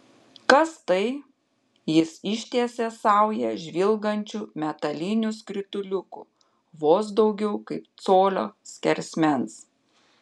kas tai jis ištiesė saują žvilgančių metalinių skrituliukų vos daugiau kaip colio skersmens